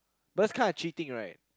but is kind cheating right